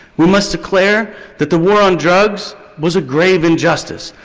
we must declare that the war on drugs was a grave injustice,